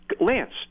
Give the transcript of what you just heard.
Lance